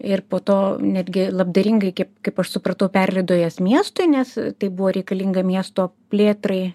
ir po to netgi labdaringai kaip aš supratau perleido jas miestui nes tai buvo reikalinga miesto plėtrai